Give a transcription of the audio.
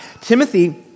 Timothy